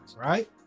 right